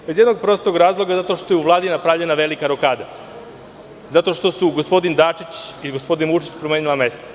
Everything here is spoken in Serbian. Iz jednog prostog razloga, zato što je u Vladi napravljena velika rokada, zato što su gospodin Dačić i gospodin Vučić promenili mesta.